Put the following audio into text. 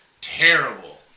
Terrible